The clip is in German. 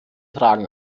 fragen